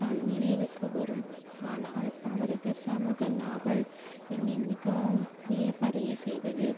தான் நினைவுக்கு வரும் ஆனால் அவரது சமூக நாவல் என்னை மிகவும் வியப்படைய செய்தது